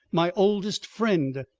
my oldest friend!